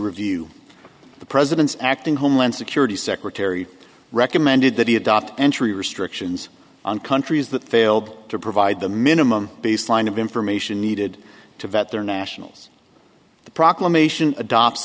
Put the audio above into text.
review the president's acting homeland security secretary recommended that he adopt entry restrictions on countries that failed to provide the minimum baseline of information needed to vent their nationals the proclamation adopt